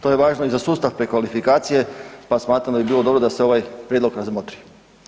To je važno i za sustav prekvalifikacije pa smatram da bi bilo dobro da se ovaj prijedlog razmotri.